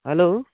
hello